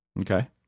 Okay